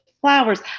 flowers